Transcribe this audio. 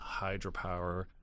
Hydropower